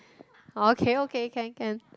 okay okay can can